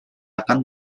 akan